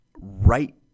right